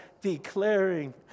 Declaring